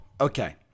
Okay